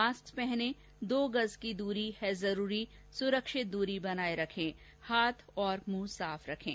mask पहनें दो गज की दूरी है जरूरी सुरक्षित दूरी बनाए रखें हाथ और मुंह साफ रखें